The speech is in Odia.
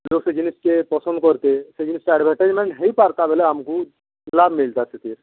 ଲୋକେ ଜିନଷ୍ କେ ପସନ୍ଦ କରତେ ସେ ଜିନିଷଟା ଆଡ଼ଭଟାଇଜମେଣ୍ଟ ହେଇପାର୍ତା ବେଲେ ଆମକୁ ଲାଭ ମିଲ୍ତା ସେଥିରେ